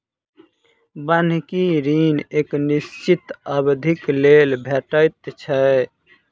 बन्हकी ऋण एक निश्चित अवधिक लेल भेटैत छै